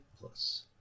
plus